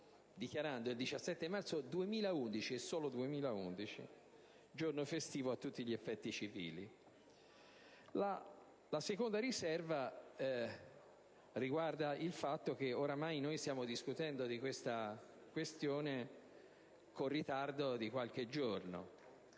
dichiarando il 17 marzo, e solo per il 2011, giorno festivo a tutti gli effetti civili. La seconda riserva riguarda il fatto che ormai stiamo discutendo di tale questione con un ritardo di qualche giorno.